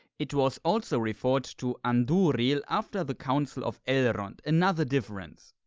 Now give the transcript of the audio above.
it was also reforged to anduril after the council of elrond, another difference.